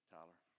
Tyler